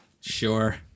Sure